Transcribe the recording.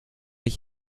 ich